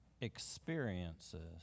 experiences